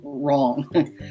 wrong